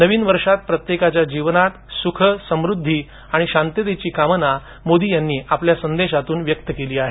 नवीन वर्षात प्रत्येकाच्या जीवनात सुख समृद्धी आणि शांततेची कामना मोदी यांनी संदेशातून केली आहे